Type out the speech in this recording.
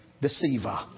deceiver